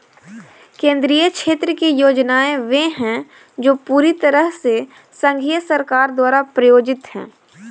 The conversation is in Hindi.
केंद्रीय क्षेत्र की योजनाएं वे है जो पूरी तरह से संघीय सरकार द्वारा प्रायोजित है